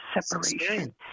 separation